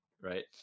right